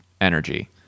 energy